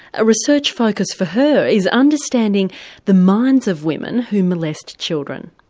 a research focus for her is understanding the minds of women who molest children.